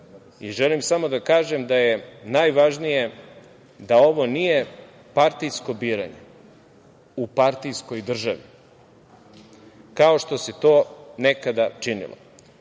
i želim samo da kažem da je najvažnije da ovo nije partijsko biranje, u partijskoj državi, kao što se nekada činilo. To